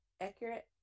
accurate